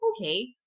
okay